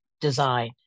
design